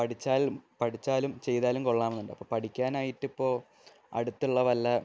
പഠിച്ചാലും ചെയ്താലും കൊള്ളാമെന്നുണ്ട് അപ്പം പഠിക്കാനായിട്ടിപ്പോൾ അടുത്തുള്ള വല്ല